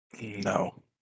No